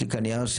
יש לי כאן נייר,